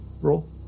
roll